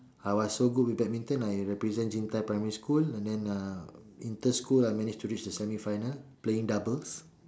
I was so good with badminton I represent jin-tai primary school and then uh inter-school I managed to reach the semifinals playing doubles